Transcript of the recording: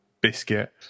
biscuit